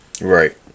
Right